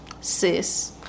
sis